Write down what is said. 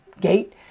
gate